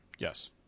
Yes